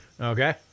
Okay